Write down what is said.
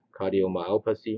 cardiomyopathy